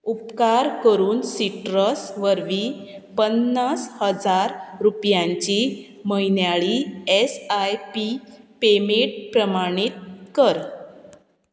उपकार करून सिट्रस वरवीं पन्नास हजार रुपयांची म्हयन्याळी एस आय पी पेमेंट प्रमाणीत कर